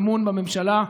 אמון בממשלה.